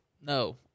No